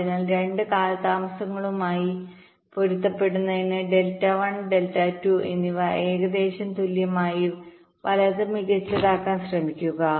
അതിനാൽ 2 കാലതാമസങ്ങളുമായി പൊരുത്തപ്പെടുന്നതിന് ഡെൽറ്റ 1 ഡെൽറ്റ 2 എന്നിവ ഏകദേശം തുല്യമായി വലത് മികച്ചതാക്കാൻ ശ്രമിക്കുക